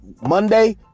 Monday